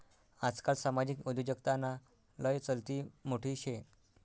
आजकाल सामाजिक उद्योजकताना लय चलती मोठी शे